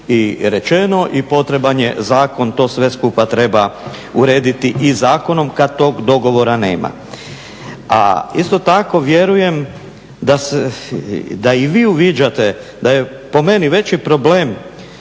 i rečeno i potreban je zakon, to sve skupa treba urediti i zakonom kad tog dogovora nema. A isto tako vjerujem da i vi uviđate da je po meni veći problem